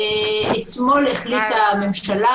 אתמול החליטה הממשלה,